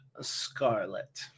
Scarlet